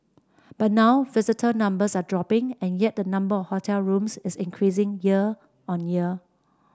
but now visitor numbers are dropping and yet the number of hotel rooms is increasing year on year